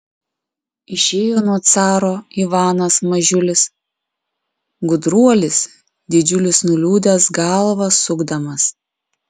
išėjo nuo caro ivanas mažiulis gudruolis didžiulis nuliūdęs galvą sukdamas